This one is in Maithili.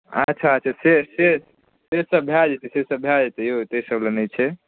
अच्छा अच्छा से से सेसभ भए जेतै सेसभ भए जेतै यौ ताहि सभ लेल नहि छै